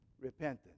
repentance